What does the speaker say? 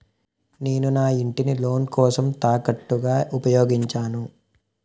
నేను నా ఇంటిని లోన్ కోసం తాకట్టుగా ఉపయోగించాను